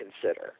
consider